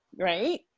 right